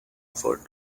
effort